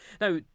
Now